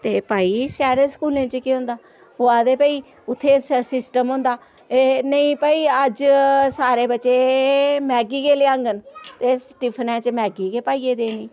ते भाई शैह्रें स्कूलें च केह् होंदा ओह् आखदे भाई उत्थै एह् सै सिस्टम होंदा ऐ नेईं भाई अज्ज सारे बच्चे मैग्गी गै लेआंगन ते टिफनै च मैग्गी गै पाइयै देनी